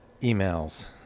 emails